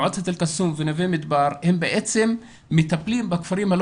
מועצת אל קסום ונווה מדבר הם בעצם מטפלים בכפרים הלא